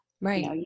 Right